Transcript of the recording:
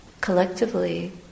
collectively